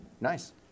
nice